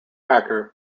hacker